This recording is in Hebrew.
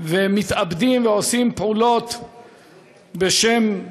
ומתאבדים ועושים פעולות בשם הדת,